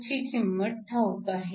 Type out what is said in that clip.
ची किंमत ठाऊक आहे